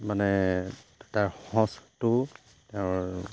মানে তাৰ সঁচটো